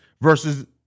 versus